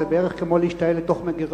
זה בערך כמו להשתעל לתוך מגירה.